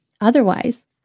Otherwise